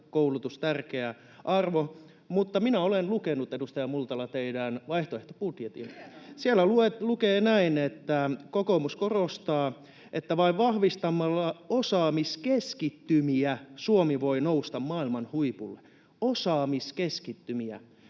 koulutus tärkeä arvo. Mutta minä olen lukenut, edustaja Multala, teidän vaihtoehtobudjettinne. [Sari Multala: Hienoa!] Siellä lukee, että kokoomus korostaa, että ”vain vahvistamalla osaamiskeskittymiä Suomi voi nousta maailman huipulle” — osaamiskeskittymiä.